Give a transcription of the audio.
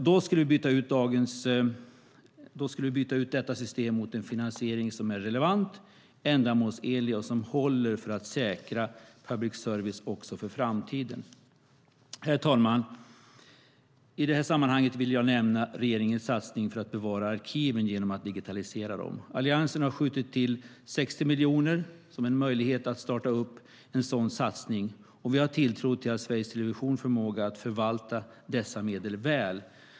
Då skulle vi byta ut dagens system mot en finansiering som är relevant, ändamålsenlig och som håller för att säkra public service för framtiden. Herr talman! I det här sammanhanget vill jag nämna regeringens satsning på att bevara arkiven genom att digitalisera dem. Alliansen har skjutit till 60 miljoner som en möjlighet att starta upp en sådan satsning, och vi har tilltro till Sveriges Televisions förmåga att förvalta dessa medel väl.